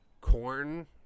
corn